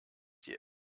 die